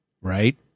right